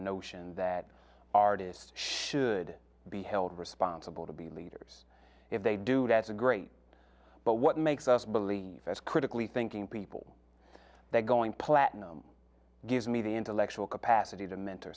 notion that artists should be held responsible to be leaders if they do that's great but what makes us believe that's critically thinking people that going platinum gives me the intellectual capacity to mentor